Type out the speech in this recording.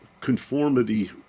conformity